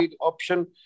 option